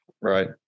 Right